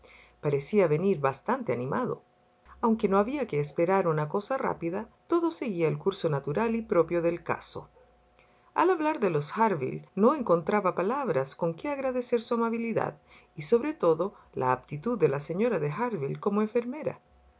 parecía venir bastante animado aunque no había que esperar una cosa rápida todo seguía el curso natural y propio del caso al hablar de los harville no encontraba palabras con que agradecer su amabilidad y sobre todo la aptitud de la señora de harville como enfermera